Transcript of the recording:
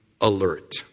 alert